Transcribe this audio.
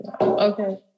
okay